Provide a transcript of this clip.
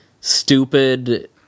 stupid